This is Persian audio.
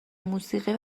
موسیقی